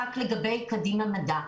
לגבי קדימה מדע.